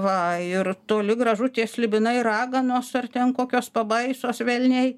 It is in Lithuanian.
va ir toli gražu tie slibinai raganos ar ten kokios pabaisos velniai